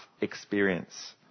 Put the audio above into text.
experience